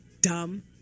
dumb